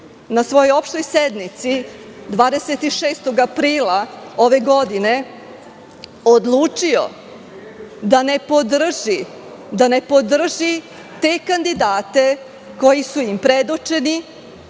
na svojoj prošloj sednici 26. aprila ove godine odlučio da ne podrži te kandidate koji su im predočeni,